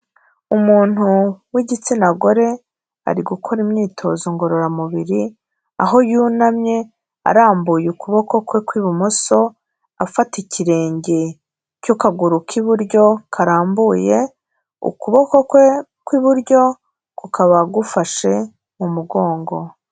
Umuntu w'igitsina gore, ari gukora imyitozo ngororamubiri, aho yunamye arambuye ukuboko kwe kw'ibumoso, afata ikirenge cy'akaguru k'iburyo karambuye, ukuboko kwe kw'iburyo kukaba gufashe mu mugongo.